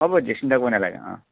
হ'ব দিয়ক চিন্তা কৰিব নালাগে অঁ